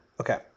Okay